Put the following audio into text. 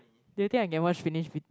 do you think I can watch finish d~